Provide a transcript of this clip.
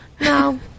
No